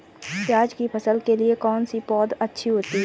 प्याज़ की फसल के लिए कौनसी पौद अच्छी होती है?